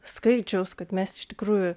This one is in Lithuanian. skaičiaus kad mes iš tikrųjų